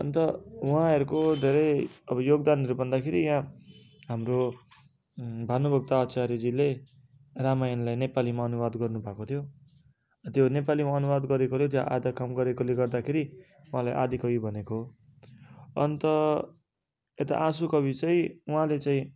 अन्त उहाँहरूको धेरै अब योगदानहरू भन्दाखेरि यहाँ हाम्रो भानुभक्त आचार्यजीले रामायणलाई नेपालीमा अनुवाद गर्नु भएको थियो र त्यो नेपालीमा अनुवाद गरेकोले त्यो आधा काम गरेकोले गर्दाखेरि उहाँलाई आदिकवि भनेको अन्त यता आँसु कवि चाहिँ उहाँले चाहिँ